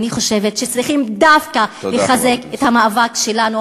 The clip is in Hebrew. אני חושבת שצריכים דווקא לחזק את המאבק שלנו,